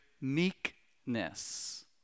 meekness